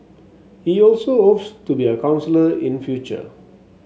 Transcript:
he also hopes to be a counsellor in future